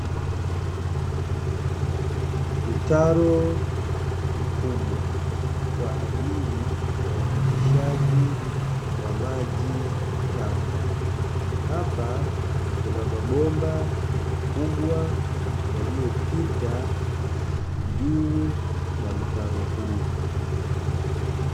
Mtaro mkubwa kwa ajili ya upitishaji wa maji taka, hapa kuna mabomba makubwa yaliyopita juu ya mtaro huu.